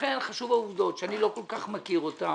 לכן, חשובות העובדות שאני לא כל כך מכיר אותן.